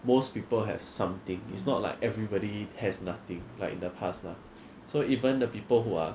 most people have something it's not like everybody has nothing like the past lah so even the people who are